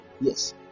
yes